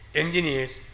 engineers